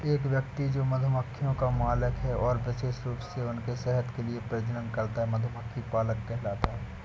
एक व्यक्ति जो मधुमक्खियों का मालिक है और विशेष रूप से उनके शहद के लिए प्रजनन करता है, मधुमक्खी पालक कहलाता है